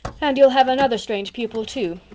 and you'll have another strange pupil, too.